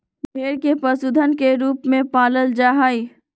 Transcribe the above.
भेड़ के पशुधन के रूप में पालल जा हई